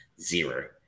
Zero